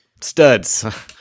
Studs